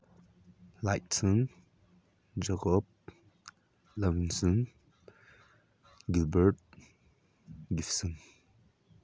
ꯂꯥꯏꯠꯁꯟ ꯖꯒꯣꯞ ꯂꯝꯖꯟ ꯒꯤꯕꯔꯠ ꯒꯤꯞꯁꯟ